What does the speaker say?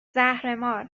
زهرمار